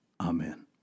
Amen